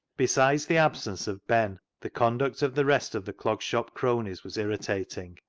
besides the absence of ben, the conduct of the rest of the clog shop cronies was irritating.